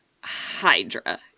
HYDRA